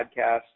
podcast